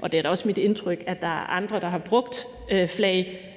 og det er da også mit indtryk, at der er andre, der har brugt flag,